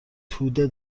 توده